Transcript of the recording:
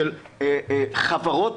של חברות